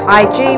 ig